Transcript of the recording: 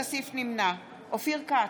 נמנע אופיר כץ,